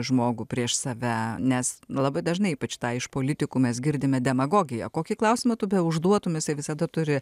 žmogų prieš save nes labai dažnai ypač tą iš politikų mes girdime demagogiją kokį klausimą tu beužduotum jisai visada turi